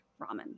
ramen